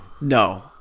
no